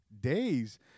days